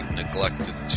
neglected